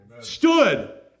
Stood